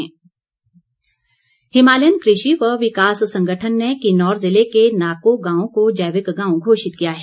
नाको Himalayan कृषि व विकास संगठन ने किन्नौर ज़िले के नाको गांव को जैविक गांव घोषित किया है